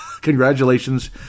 Congratulations